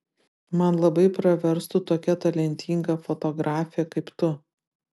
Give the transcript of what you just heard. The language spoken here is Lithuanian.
man labai praverstų tokia talentinga fotografė kaip tu